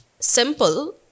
simple